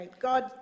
God